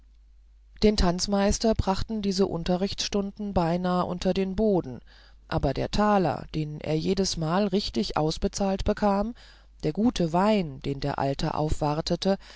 den tanzmeister brachten diese unterrichtsstunden beinahe unter den boden aber der taler den er jedesmal richtig ausbezahlt bekam der gute wein den der alte aufwartete